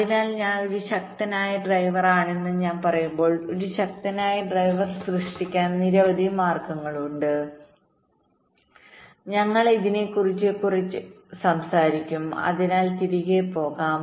അതിനാൽ ഞാൻ ഒരു ശക്തനായ ഡ്രൈവർ ആണെന്ന് ഞാൻ പറയുമ്പോൾ ഒരു ശക്തമായ ഡ്രൈവർ സൃഷ്ടിക്കാൻ നിരവധി മാർഗങ്ങളുണ്ട് ഞങ്ങൾ ഇതിനെക്കുറിച്ച് കുറച്ച് കഴിഞ്ഞ് സംസാരിക്കും അതിനാൽ തിരികെ പോകും